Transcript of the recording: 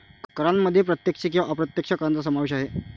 करांमध्ये प्रत्यक्ष किंवा अप्रत्यक्ष करांचा समावेश आहे